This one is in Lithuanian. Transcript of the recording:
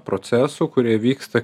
procesų kurie vyksta